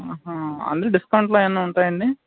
అంటే డిస్కౌంట్లో ఏమాన్నా ఉంటాయండి